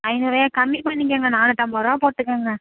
ஐந்நூறுரூவாயா கம்மி பண்ணிக்கோங்க நானூற்றம்பதுருவா போட்டுக்கோங்க